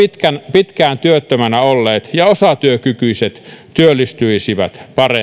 pitkään työttömänä olleet ja osatyökykyiset työllistyisivät paremmin